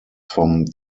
vom